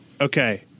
Okay